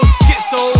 schizo